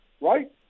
Right